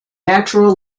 natural